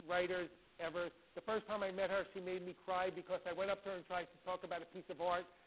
writers ever. the first time i met her she made me cry, because i went up to her and tried to talk about a piece of art,